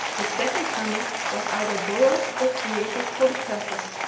the second hamr was either borrowed or created for the purpose.